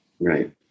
Right